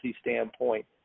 standpoint